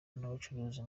n’ubucuruzi